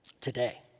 today